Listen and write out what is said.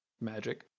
Magic